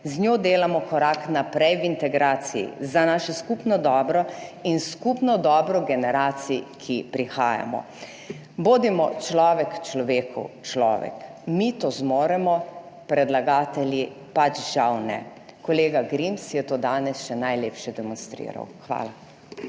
Z njo delamo korak naprej v integraciji za naše skupno dobro in skupno dobro generacij, ki prihajajo. Bodimo človek človeku človek. Mi to zmoremo, predlagatelji pač žal ne. Kolega Grims je to danes še najlepše demonstriral. Hvala.